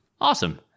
Awesome